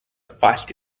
feisty